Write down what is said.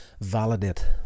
validate